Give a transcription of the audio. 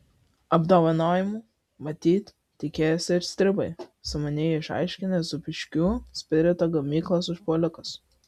apdovanojimų matyt tikėjosi ir stribai sumaniai išaiškinę zūbiškių spirito gamyklos užpuolikus